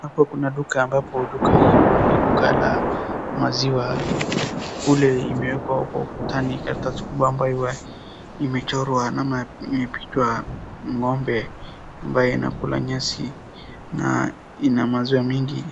Hapo kuna duka ambapo, duka hii huwa ni duka la maziwa .Kule imeekwa kwa ukutani karatasi kubwa ambao imechorwa na mapicha .Ng'ombe ambao inakula nyasi na ina maziwa mingi.